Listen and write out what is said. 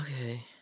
Okay